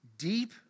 deep